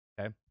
Okay